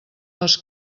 les